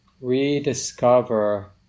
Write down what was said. rediscover